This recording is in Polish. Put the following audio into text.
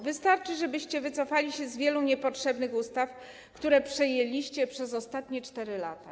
Wystarczy, żebyście wycofali się z wielu niepotrzebnych ustaw, które przyjęliście w ostatnich 4 latach.